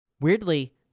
Weirdly